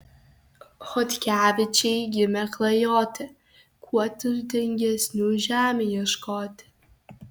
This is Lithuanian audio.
chodkevičiai gimę klajoti kuo turtingesnių žemių ieškoti